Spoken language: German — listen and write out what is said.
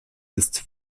ist